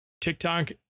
tiktok